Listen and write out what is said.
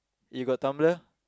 you got Tumblr